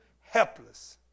helpless